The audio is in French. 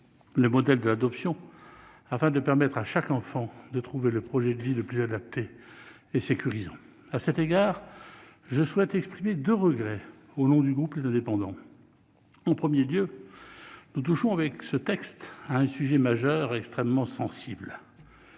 le modèle de l'adoption afin de permettre à chaque enfant de trouver le projet de vie le plus adapté et le plus sécurisant pour lui. À cet égard, je souhaite exprimer deux regrets au nom du groupe Les Indépendants- République et Territoires. En premier lieu, nous touchons, avec ce texte, à un sujet majeur et extrêmement sensible.